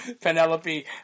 Penelope